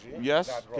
Yes